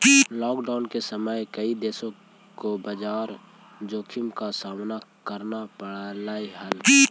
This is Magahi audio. लॉकडाउन के समय कई देशों को बाजार जोखिम का सामना करना पड़लई हल